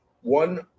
one